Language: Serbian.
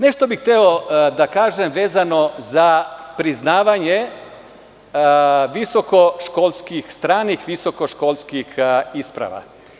Nešto bih hteo da kažem vezano za priznavanje stranih visokoškolskih isprava.